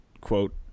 quote